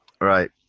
right